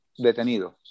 detenido